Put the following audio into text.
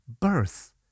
birth